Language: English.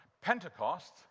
Pentecost